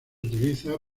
utiliza